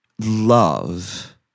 love